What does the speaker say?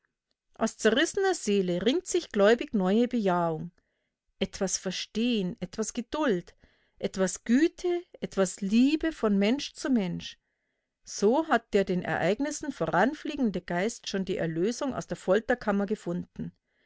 aus zerrissener seele ringt sich gläubig neue bejahung etwas verstehen etwas geduld etwas güte etwas liebe von mensch zu mensch so hat der den ereignissen voranfliegende geist schon die erlösung aus der folterkammer gefunden